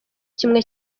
kimwe